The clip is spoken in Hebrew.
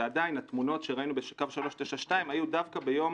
ועדיין התמונות שראינו בקו 392 היו דווקא ביום